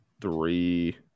three